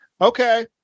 Okay